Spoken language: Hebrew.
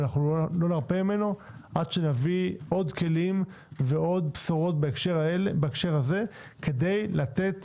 ולא נרפה ממנו עד שנביא עוד כלים ועוד בשורות בהקשר הזה כדי לתת